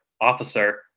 Officer